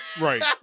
Right